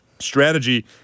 strategy